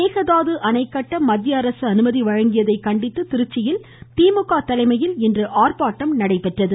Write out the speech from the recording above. மேகதாது அணை கட்ட மத்திய அரசு அனுமதி வழங்கியதை கண்டித்து திருச்சியில் இன்று திமுக தலைமையில் ஆர்ப்பாட்டம் நடைபெற்றது